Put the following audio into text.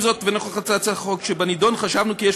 אז כך: הצעת החוק שבנדון עניינה לאפשר